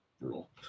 rule